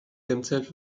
themselves